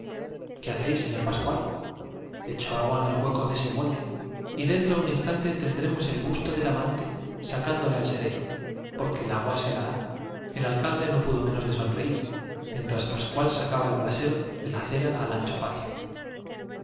qué hacéis señor pascual echo agua en el hueco de ese molde y dentro de un instante tendremos el busto del amante sacán dolo al sereno porque el agua se helará el alcalde no pudo menos de sonreir mientras pascual sacaba el brasero de la cera al ancho patio